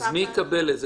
מי יקבל?